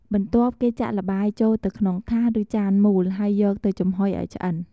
បន្ទាប់គេចាក់ល្បាយចូលទៅក្នុងថាស ឬចានមូល ហើយយកទៅចំហុយឱ្យឆ្អិន។